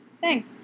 thanks